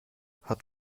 hat